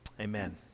Amen